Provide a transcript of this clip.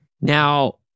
Now